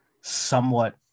somewhat